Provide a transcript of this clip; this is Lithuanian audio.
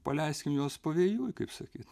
paleiskim juos pavėjui kaip sakyt